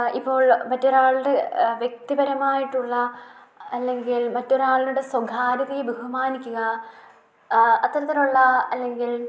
ഇപ്പോൾ മറ്റൊരാൾടെ വ്യക്തിപരമായിട്ടുള്ള അല്ലെങ്കിൽ മറ്റൊരാളുടെ സ്വകാര്യതയെ ബഹുമാനിക്കുക അത്തരത്തിലുള്ള അല്ലെങ്കിൽ